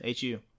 HU